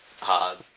hard